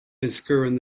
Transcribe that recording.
unscrewing